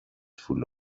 full